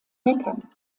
meckern